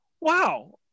wow